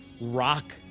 rock